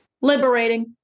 liberating